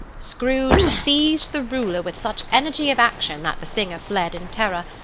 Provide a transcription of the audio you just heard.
scrooge seized the ruler with such energy of action, that the singer fled in terror,